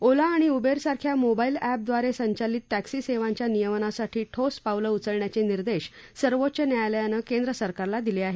ओला आणि उबेर सारख्या मोबाईल एपद्वारे संचलित टॅक्सी सेवांच्या नियमनासाठी ठोस पावलं उचलण्याचे निर्देश सर्वोच्च न्यायालयानं केंद्र सरकारला दिले आहेत